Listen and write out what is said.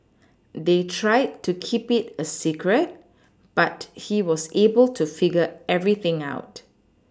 they tried to keep it a secret but he was able to figure everything out